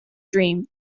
dream